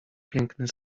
piękny